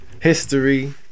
history